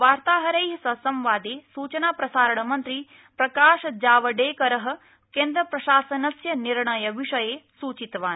वार्ताहैर सह संवादे सूचनाप्रसारण मन्त्री प्रकाशजावडेकर केन्द्रप्रशासनस्य निर्णयविषये सुचितवान्